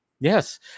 yes